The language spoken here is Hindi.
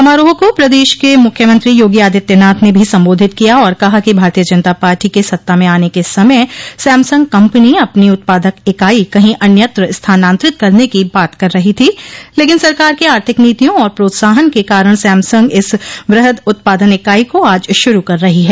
समारोह को प्रदेश के मुख्यमंत्री योगी आदित्यनाथ ने भी संबोधित किया और कहा कि भारतीय जनता पार्टी के सत्ता में आने के समय सैमसंग कम्पनी अपनी उत्पादक इकाई कहीं अन्यंत्र स्थानान्तरित करने की बात कर रही थी लेकिन सरकार की आर्थिक नीतियों और प्रोत्साहन के कारण सैमसंग इस ब्रहद उत्पादन इकाई को आज शुरू कर रही है